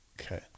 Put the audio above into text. Okay